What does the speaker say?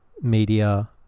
media